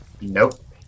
nope